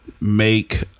make